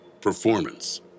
performance